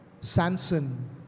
Samson